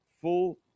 full